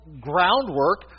groundwork